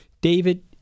David